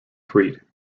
freed